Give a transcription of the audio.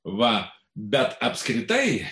va bet apskritai